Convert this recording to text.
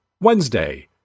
Wednesday